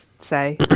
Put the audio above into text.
say